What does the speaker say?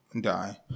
die